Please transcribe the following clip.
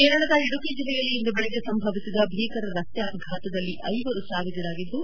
ಕೇರಳದ ಇಡುಕಿ ಜಿಲ್ಲೆಯಲ್ಲಿ ಇಂದು ಬೆಳಗ್ಗೆ ಸಂಭವಿಸಿರುವ ಭೀಕರ ರಸ್ತೆ ಅಪಘಾತದಲ್ಲಿ ಐವರು ಸಾವಿಗೀಡಾಗಿದ್ದು